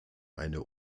eine